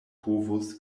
povus